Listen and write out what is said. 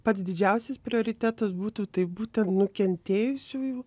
pats didžiausias prioritetas būtų tai būtent nukentėjusiųjų